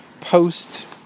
Post